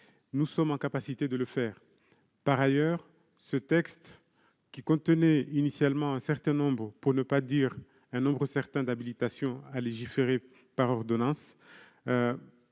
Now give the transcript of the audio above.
Nous sommes en capacité de le faire. Par ailleurs, ce texte contenait initialement un certain nombre- pour ne pas dire un nombre certain - d'habilitations à légiférer par ordonnances.